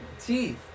teeth